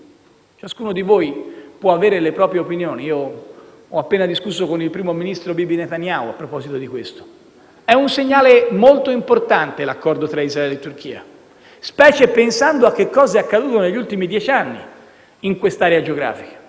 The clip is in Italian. Ciascuno di voi può avere le proprie opinioni; io ho appena discusso con il primo ministro Bibi Netanyahu a proposito di questo. È un segnale molto importante l'accordo tra Israele e Turchia, specie pensando a che cosa è accaduto negli ultimi dieci anni in quest'area geografica.